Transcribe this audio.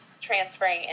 transferring